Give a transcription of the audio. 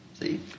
See